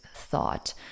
thought